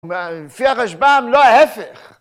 לפי הרשב"ם לא ההפך